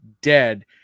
dead